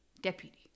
deputy